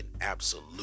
absolute